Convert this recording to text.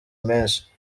menshi